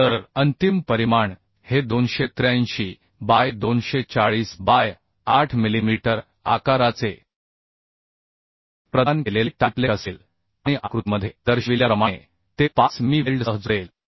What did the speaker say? तर अंतिम परिमाण हे 283 बाय 240 बाय 8 मिलीमीटर आकाराचे प्रदान केलेले टाइपलेट असेल आणि आकृतीमध्ये दर्शविल्याप्रमाणे ते 5 मिमी वेल्डसह जोडेल